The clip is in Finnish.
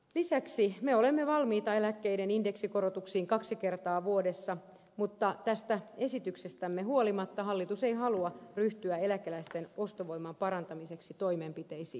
lisäksi me olemme valmiita eläkkeiden indeksikorotuksiin kaksi kertaa vuodessa mutta tästä esityksestämme huolimatta hallitus ei halua ryhtyä eläkeläisten ostovoiman parantamiseksi toimenpiteisiin